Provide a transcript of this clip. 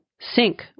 sync